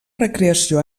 recreació